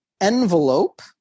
envelope